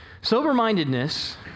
Sober-mindedness